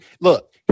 look